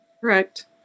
Correct